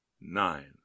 nine